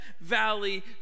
Valley